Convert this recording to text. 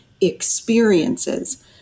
experiences